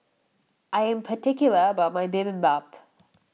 I am particular about my Bibimbap